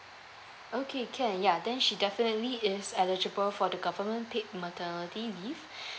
okay can ya then she definitely is eligible for the government paid maternity leave